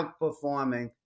outperforming